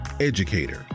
educator